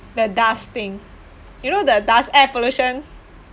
the dust thing you know the dust air pollution